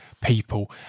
people